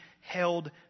held